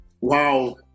Wow